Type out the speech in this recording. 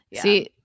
See